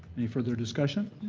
any further discussion?